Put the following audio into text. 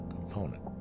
component